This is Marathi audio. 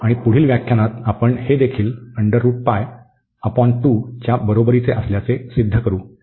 आणि पुढील व्याख्यानात आपण हे देखील च्या बरोबरीचे असल्याचे सिद्ध करू